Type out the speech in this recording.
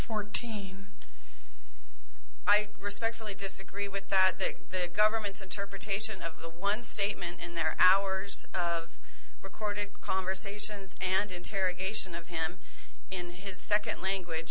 fourteen i respectfully disagree with that big the government's interpretation of the one statement in their hours of recorded conversations and interrogation of him and his second language